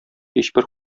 һичбер